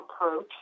approach